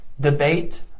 debate